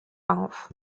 auf